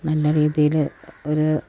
നല്ല രീതിയിൽ ഒരു